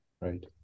right